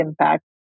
impact